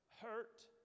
hurt